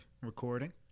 recording